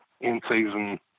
in-season